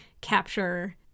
capture